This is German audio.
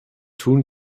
tun